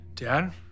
Dad